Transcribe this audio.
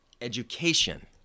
education